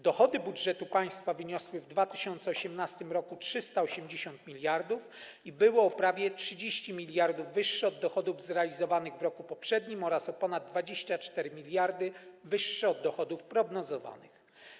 Dochody budżetu państwa wyniosły w 2018 r. 380 mld i były o prawie 30 mld wyższe od dochodów zrealizowanych w roku poprzednim oraz o ponad 24 mld wyższe od dochodów prognozowanych.